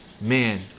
man